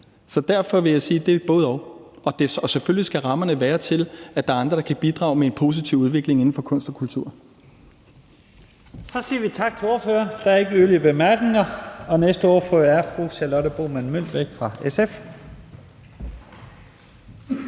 Så derfor vil jeg sige, at det er et både-og, og selvfølgelig skal rammerne være der til, at der er andre, der kan bidrage med en positiv udvikling inden for kunst og kultur. Kl. 12:16 Første næstformand (Leif Lahn Jensen): Så siger vi tak til ordføreren. Der er ikke yderligere korte bemærkninger, og næste ordfører er fru Charlotte Broman Mølbæk fra SF.